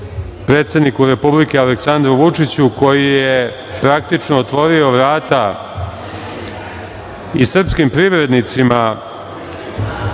predsedniku Republike Aleksandru Vučiću, koji je praktično otvorio vrata i srpskim privrednicima